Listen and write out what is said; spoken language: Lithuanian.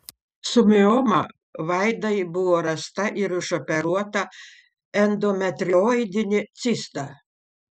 su mioma vaidai buvo rasta ir išoperuota endometrioidinė cista